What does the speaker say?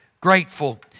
grateful